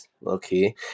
low-key